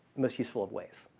much useful of ways.